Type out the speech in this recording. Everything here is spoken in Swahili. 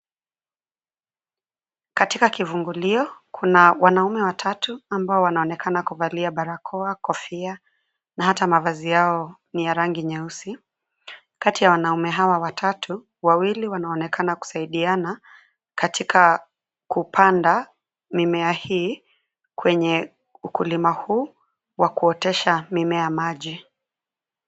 Katika kivungulio, kuna wanaume watatu ambao wanaonekana kuvalia barakoa, kofia na hata mavazi yao ni ya rangi nyeusi. Kati ya wanaume hawa watatu, wawili wanaonekana kusaidiana katika kupanda mimea hii kwenye ukulima huu wa kuotesha mimea ya maji.